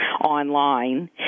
online